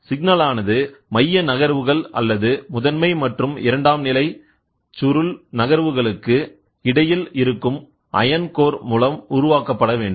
signal ஆனது மையநகர்வுகள் அல்லது முதன்மை மற்றும் இரண்டாம் நிலை சுருள் நகர்வுகளுக்கு இடையில் இருக்கும் அயன் கோர் மூலம் உருவாக்கப்பட வேண்டும்